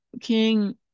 King